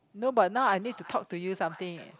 no but now I need to talk to you something